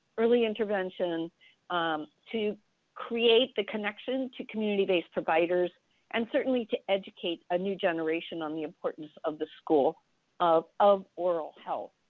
early intervention um to create the connection to community based providers and certainly to educate a new generation on the importance of the school of of oral health.